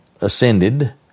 ascended